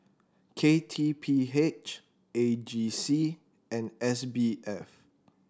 K T P H A G C and S B F